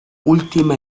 última